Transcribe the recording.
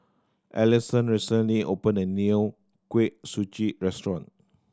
Allison recently opened a new Kuih Suji restaurant